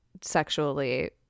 sexually